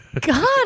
God